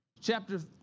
chapter